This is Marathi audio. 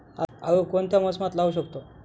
आळू कोणत्या मोसमात लावू शकतो?